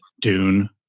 Dune